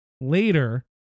later